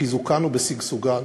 בחיזוקן ובשגשוגן.